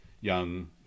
young